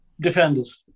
defenders